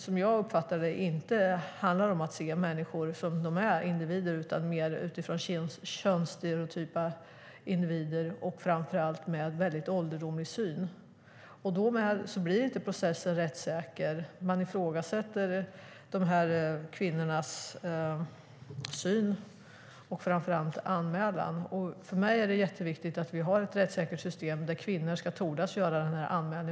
Som jag uppfattar det handlar det inte om att se människor och individer som de är, utan mer utifrån könsstereotypa roller och framför allt med en ålderdomlig syn. Därmed blir inte processen rättssäker. Man ifrågasätter kvinnornas syn och framför allt anmälan. För mig är det jätteviktigt att vi har ett rättssäkert system där kvinnor ska våga göra anmälan.